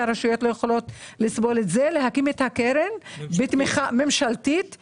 כי הרשויות לא יכולות לסבול את זה; להקים את הקרן בתמיכה ממשלתית,